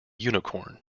unicorn